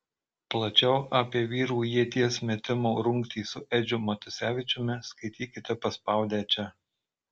plačiau apie vyrų ieties metimo rungtį su edžiu matusevičiumi skaitykite paspaudę čia